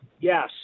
yes